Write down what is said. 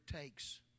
takes